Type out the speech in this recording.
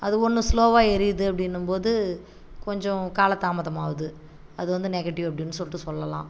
அது ஒன்று ஸ்லோவாக எரியுது அப்படின்னும் போது கொஞ்சம் காலதாமதம் ஆகுது அது வந்து நெகட்டிவ் அப்படின்னு சொல்லிவிட்டு சொல்லலாம்